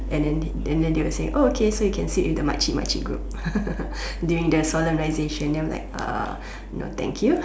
and then and then they will say okay you can sit with the macik macik group during the solemnization then I'm like no thank you